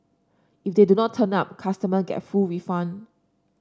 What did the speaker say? if they do not turn up customers get full refund